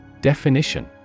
Definition